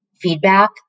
feedback